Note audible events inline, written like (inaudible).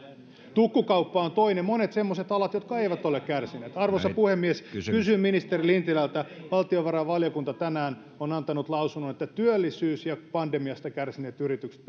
tukkukauppa on toinen monista semmoisista aloista jotka eivät ole kärsineet arvoisa puhemies kysyn ministeri lintilältä valtiovarainvaliokunta on tänään antanut lausunnon että niiden kriteerien pitää olla työllisyys ja pandemiasta kärsineet yritykset (unintelligible)